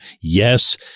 Yes